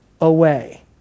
away